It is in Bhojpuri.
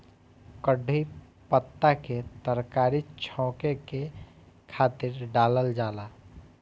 कढ़ी पत्ता के तरकारी छौंके के खातिर डालल जाला